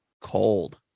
cold